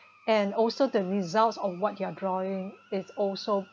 and also the results of what they're drawing is also